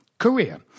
Korea